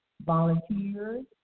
volunteers